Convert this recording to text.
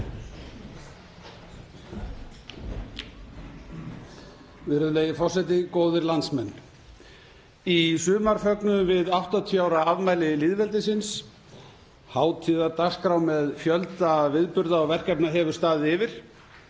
Virðulegi forseti. Góðir landsmenn. Í sumar fögnuðum við 80 ára afmæli lýðveldisins. Hátíðardagskrá með fjölda viðburða og verkefna hefur staðið yfir.